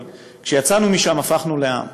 אבל כשיצאנו משם הפכנו לעם.